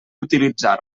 utilitzar